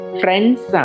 friends